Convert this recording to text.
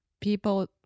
people